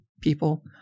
people